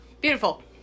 beautiful